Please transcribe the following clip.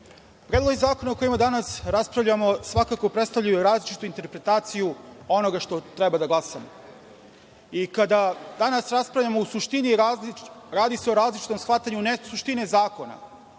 predlozi zakona o kojima danas raspravljamo svakako predstavljaju različitu interpretaciju onoga što treba da glasamo. I kada danas raspravljamo, u suštini radi se o različitom shvatanju ne suštine zakona,